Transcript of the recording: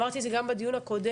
אמרתי את זה גם בדיון הקודם.